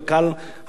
הרבה יותר פשוט,